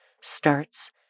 starts